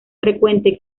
frecuente